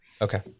Okay